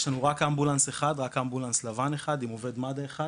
כי יש לנו רק אמבולנס לבן אחד עם עובד מד"א אחד